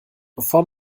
bevor